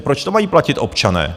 Proč to mají platit občané?